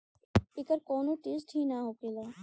एकर कौनो टेसट ही ना होखेला